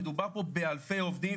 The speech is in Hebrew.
מדובר פה באלפי עובדים,